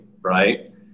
right